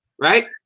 Right